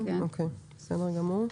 בסדר גמור.